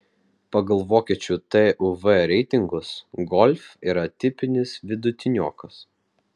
pagal vokiečių tuv reitingus golf yra tipinis vidutiniokas